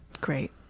Great